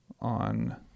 on